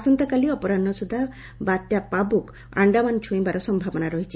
ଆସନ୍ତା କାଲି ଅପରାହ ସୁଦ୍ଧା ବାତ୍ୟା ପାବ୍ବକ ଆଶ୍ତାମାନ ଛୁଇଁବାର ସମ୍ଭାବନା ରହିଛି